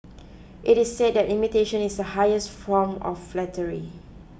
it is said that imitation is the highest from of flattery